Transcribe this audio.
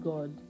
God